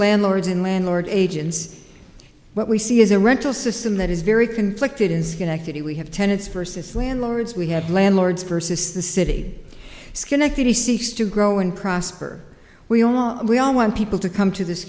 landlords and landlord agents what we see is a rental system that is very conflicted is going to be we have tenets versus landlords we have landlords versus the city schenectady seeks to grow and prosper we all we all want people to come to this